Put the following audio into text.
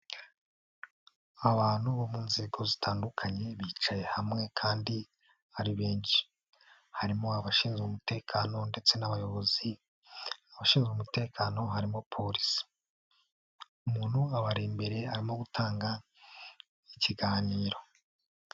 Abantu bo mu nzego zitandukanye bicaye hamwe kandi ari benshi. Harimo abashinzwe umutekano ndetse n'abayobozi, abashinzwe umutekano harimo Polisi, umuntu abari imbere, arimo gutanga ikiganiro.